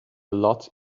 lot